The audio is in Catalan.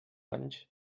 anys